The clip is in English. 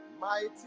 Mighty